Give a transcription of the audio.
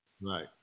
right